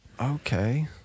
Okay